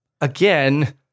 again